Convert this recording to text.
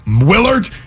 Willard